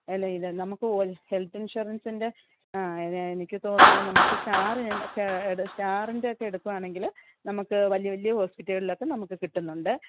അല്ല ഇത് നമക്കു ഒൽ ഹെൽത്ത് ഇൻഷൂറൻസിൻ്റെ ആ ഇത് എനിക്ക് തോന്നുന്നു നമുക്കി സ്റ്റാറിൻ്റെയക്കേ സ്റ്റാറിൻ്റെയൊക്കെ എടുക്കുവാണെങ്കിൽ നമുക്ക് വലിയ വലിയ ഹോസ്പിറ്റൽകൾലൊക്കെ നമുക്ക് കിട്ടുന്നുണ്ട്